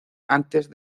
antes